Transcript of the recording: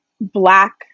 black